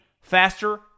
faster